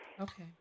Okay